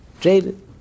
jaded